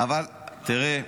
תראה,